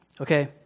Okay